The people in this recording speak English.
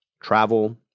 travel